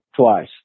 twice